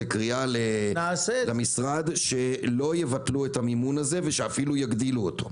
קריאה למשרד שלא יבטלו את המימון הזה ואפילו יגדילו אותו.